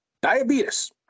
diabetes